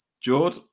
George